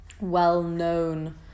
well-known